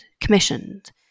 commissioned